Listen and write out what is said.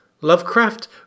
Lovecraft